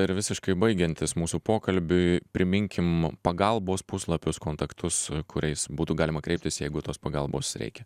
ir visiškai baigiantis mūsų pokalbiui priminkim pagalbos puslapius kontaktus kuriais būtų galima kreiptis jeigu tos pagalbos reikia